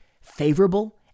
favorable